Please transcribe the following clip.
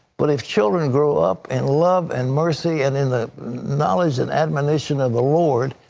but if children grow up and love and mercy and in the knowledge and ad montion of the lord,